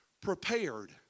prepared